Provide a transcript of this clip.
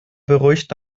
beruhigt